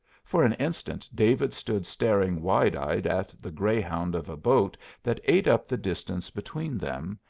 for an instant david stood staring wide-eyed at the greyhound of a boat that ate up the distance between them,